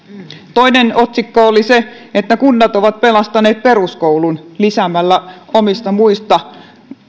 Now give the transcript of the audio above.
toinen otsikko oli se että kunnat ovat pelastaneet peruskoulun lisäämällä omista muista